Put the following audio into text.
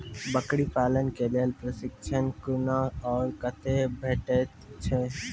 बकरी पालन के लेल प्रशिक्षण कूना आर कते भेटैत छै?